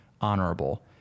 honorable